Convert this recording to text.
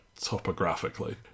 topographically